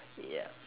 yeah